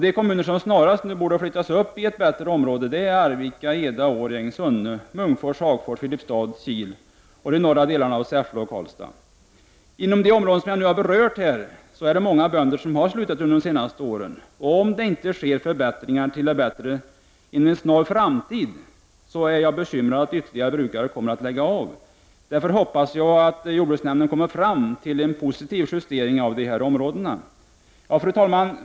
De kommuner som snarast borde flyttas upp i ett fördelaktigare område är Arvika, Eda, Årjäng, Sunne, Munkfors, Hagfors, Filipstad, Kil och delar av Säffle och Karlstads kommuner. Inom de områden som jag nu berört är det många bönder som slutat under de senaste åren. Om det inte sker förändringar till det bättre inom en snar framtid fruktar jag att ytterligare brukare kommer att lägga av. Därför hoppas jag att jordbruksnämnden kommer fram till en positiv justering av dessa områden. Fru talman!